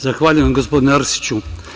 Zahvaljujem, gospodine Arsiću.